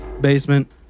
basement